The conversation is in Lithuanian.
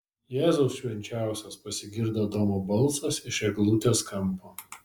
jėzau švenčiausias pasigirdo adamo balsas iš eglutės kampo